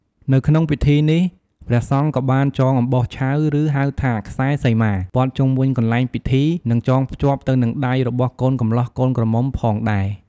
នៅក្នុងពិធីនេះ ព្រះសង្ឃក៏បានចងអំបោះឆៅ ឬហៅថា ខ្សែសីមា ព័ទ្ធជុំវិញកន្លែងពិធី និងចងភ្ជាប់ទៅនឹងដៃរបស់កូនកំលោះកូនក្រមុំផងដែរ។